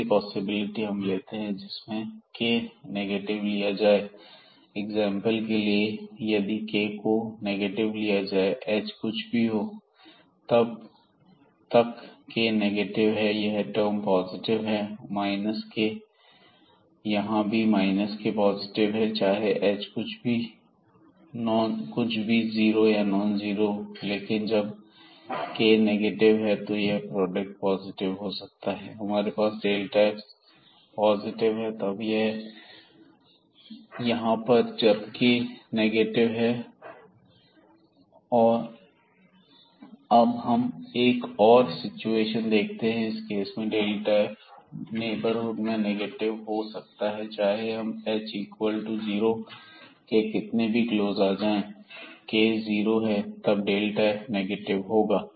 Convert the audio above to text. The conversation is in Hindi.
पहली पॉसिबिलिटी हम लेते हैं जिसमें k नेगेटिव लिया जाए एग्जांपल के लिए यदि k को नेगेटिव लिया जाए h कुछ भी हो जब तक k नेगेटिव है यह टर्म पॉजिटिव है k यहां भी k पॉजिटिव है चाहे h कुछ भी हो जीरो या नॉन जीरो लेकिन जब k नेगेटिव है तो यह प्रोडक्ट पॉजिटिव हो सकता है हमारे पास f पॉजिटिव है यहां पर जब के नेगेटिव है अब हम एक और सिचुएशन देखते हैं इस केस में f नेबरहुड में नेगेटिव हो सकता है चाहे हम h इक्वल टू जीरो के कितने भी क्लोज आ जाएं k जीरो है तब f नेगेटिव होगा